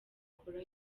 ukore